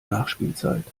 nachspielzeit